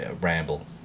ramble